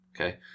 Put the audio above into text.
okay